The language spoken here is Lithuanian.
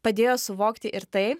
padėjo suvokti ir tai